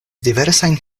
diversajn